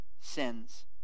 sins